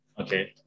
Okay